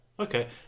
Okay